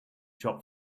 shop